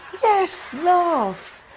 yes, laugh!